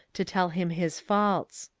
to tell him his faults.